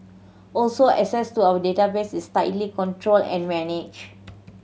also access to our database is tightly controlled and managed